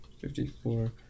fifty-four